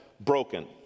broken